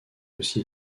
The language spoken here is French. aussi